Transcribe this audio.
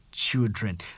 Children